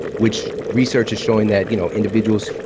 which research is showing that you know individuals